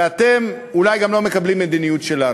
ואתם אולי גם לא מקבלים את המדיניות שלנו.